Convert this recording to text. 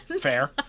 Fair